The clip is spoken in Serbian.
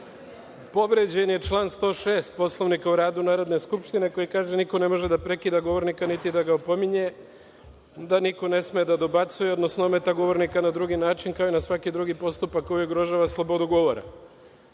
povređen je član 106. Poslovnika o radu Narodne skupštine, koji kaže – niko ne može da prekida govornika, niti da ga opominje, da niko ne sme da dobacuje, odnosno ometa govornika na drugi način, kao i na svaki drugi postupak koji ugrožava slobodu govora.